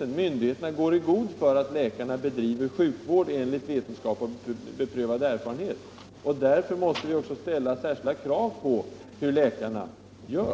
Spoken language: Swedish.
Myndigheterna går i god för att läkarna bedriver sjukvård enligt vetenskap och beprövad erfarenhet. Därför måste vi också ställa särskilda krav på vad läkarna gör.